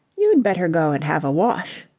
you'd better go and have a wash,